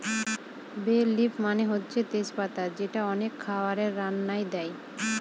বে লিফ মানে হচ্ছে তেজ পাতা যেটা অনেক খাবারের রান্নায় দেয়